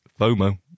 FOMO